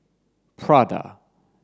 Prada